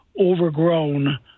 overgrown